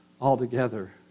altogether